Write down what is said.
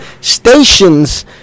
stations